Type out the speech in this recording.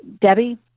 debbie